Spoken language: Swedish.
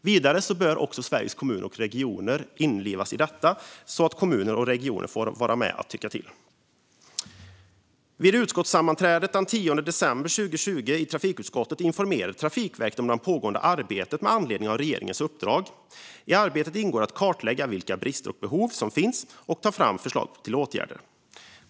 Vidare bör Sveriges Kommuner och Regioner involveras i detta arbete, så att kommuner och regioner får vara med och tycka till. Vid utskottssammanträdet den 10 december 2020 i Trafikutskottet informerade Trafikverket om det pågående arbetet med anledning av regeringens uppdrag. I arbetet ingår att kartlägga vilka brister och behov som finns och att ta fram förslag till åtgärder.